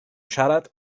siarad